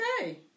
Okay